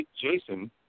Jason